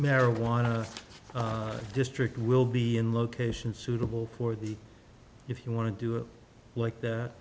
marijuana district will be in location suitable for the if you want to do it like that